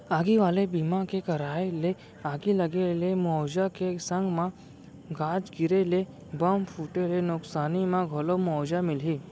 आगी वाले बीमा के कराय ले आगी लगे ले मुवाजा के संग म गाज गिरे ले, बम फूटे ले नुकसानी म घलौ मुवाजा मिलही